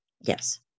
Yes